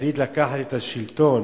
החליט לקחת את השלטון,